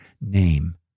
name